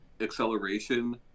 acceleration